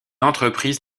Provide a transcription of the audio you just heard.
entreprise